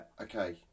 okay